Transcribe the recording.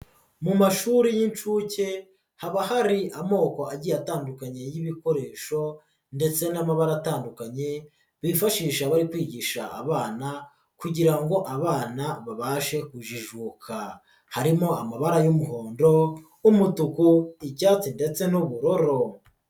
Mu mashuri y'inshuke haba hari amoko agiye atandukanye y'ibikoresho ndetse n'amabara atandukanye, bifashisha bari kwigisha abana kugira ngo abana babashe kujijuka, harimo amabara y'umuhondo, umutuku, icyatsi ndetse'ubururu.